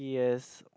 yes